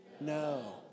no